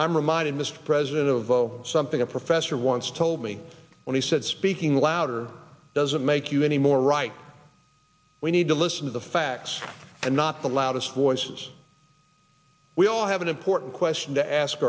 i'm reminded mr president of something a professor once told me when he said speaking louder doesn't make you any more right we need to listen to the facts and not the loudest voices we all have an important question to ask